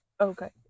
Okay